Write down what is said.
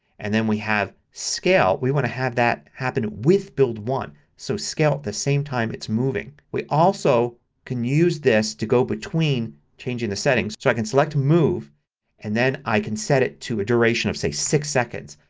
and then we have scale. we want to have that happen with build one. so scale at the same time it's moving. we also can use this to go between changing the settings. so i can select move and then i can set it to a duration like six six seconds.